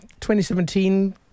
2017